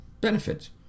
benefit